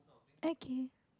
okay